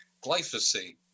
glyphosate